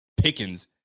Pickens